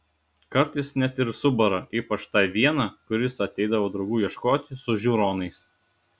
kartais net ir subara ypač tą vieną kuris ateidavo draugų ieškoti su žiūronais